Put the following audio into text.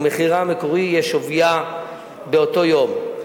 ומחירה המקורי יהיה שוויה באותו יום.